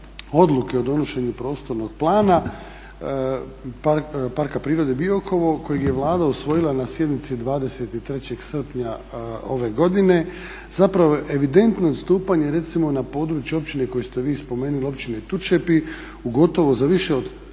odluke o donošenju prostornog plana Parka prirode Biokovo kojeg je Vlada usvojila na sjednici 23. srpnja ove godine zapravo je evidentno odstupanje recimo na području općine koju ste vi spomenuli, općine Tučepi u gotovo za više od